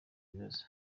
bibazo